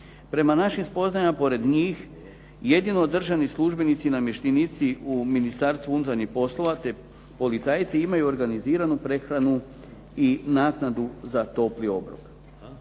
Prema našim spoznajama pored njih jedino državni službenici i namještenici u Ministarstvu unutarnjih poslova, te policajci imaju organiziranu prehranu i naknadu za topli obrok.